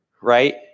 right